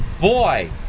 boy